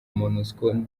monusco